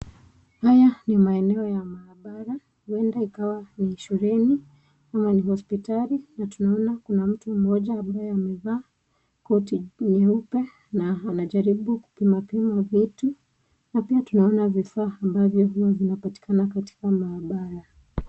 Haya ni maeneo ya bahabara, uenda ikawa ni shuleni ama ni hospitali, na tunaona mtu moja ambaye koti nyeupe na anajaribu kupima pima vitu, huku tunaona vifaa ambavyo huwa vinapatikana katika mahabara.